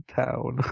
town